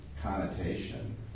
connotation